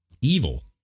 evil